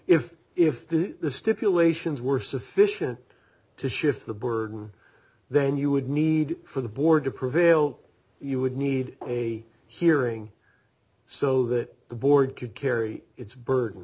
the the stipulations were sufficient to shift the burden then you would need for the board to prevail you would need a hearing so that the board could carry its burden